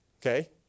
Okay